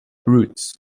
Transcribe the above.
roots